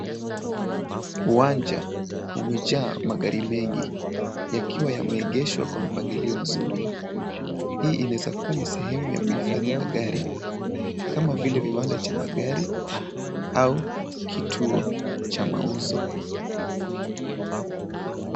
Uwanja umejaa magari mengi yakiwa yameegeshwa kwa mpangilio mzuri. Hii inaeza kuwa ni sehemu ya kuhifadhi magari kama vile viwanda cha magari au kituo cha mauzo.